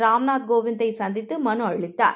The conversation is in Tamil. ராம்நா த்கோவிந்த்தைசந்தித்துமனுவைஅளித்தார்